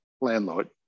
landlord